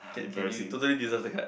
can can you totally deserve the card